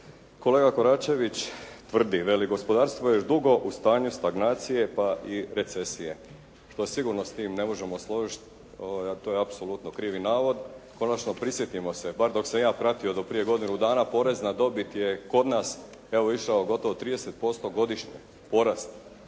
Kolega Koračević tvrdi, veli gospodarstvo je još dugo u stanju stagnacije pa i recesije što se sigurno s tim ne možemo složiti, to je apsolutno krivi navod. Konačno, prisjetimo se bar dok sam ja pratio do prije godinu dana porez na dobit je kod nas evo išao gotovo 30% godišnje porast,